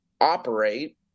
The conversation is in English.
operate